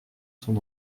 son